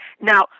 Now